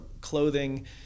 clothing